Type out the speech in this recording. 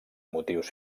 motius